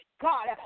God